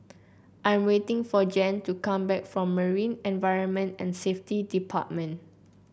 I am waiting for Jan to come back from Marine Environment and Safety Department